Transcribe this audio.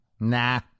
Nah